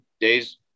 days